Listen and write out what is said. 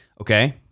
Okay